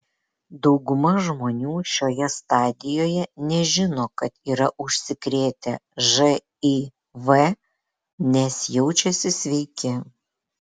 dauguma žmonių šioje stadijoje nežino kad yra užsikrėtę živ nes jaučiasi sveiki